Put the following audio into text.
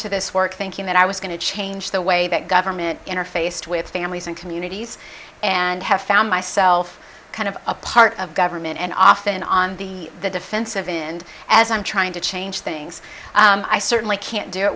to this work thank you but i was going to change the way that government interfaced with families and communities and have found myself kind of a part of government and often on the defensive end as i'm trying to change things i certainly can't do it